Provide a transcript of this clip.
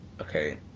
Okay